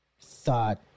thought